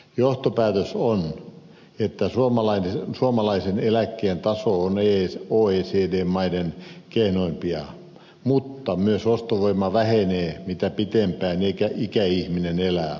johtopäätös on että suomalaisen eläkkeen taso on oecd maiden kehnoimpia mutta myös ostovoima vähenee mitä pitempään ikäihminen elää